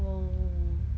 oh